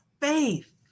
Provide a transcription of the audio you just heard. faith